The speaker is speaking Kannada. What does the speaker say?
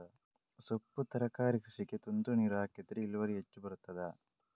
ಸೊಪ್ಪು ತರಕಾರಿ ಕೃಷಿಗೆ ತುಂತುರು ನೀರು ಹಾಕಿದ್ರೆ ಇಳುವರಿ ಹೆಚ್ಚು ಬರ್ತದ?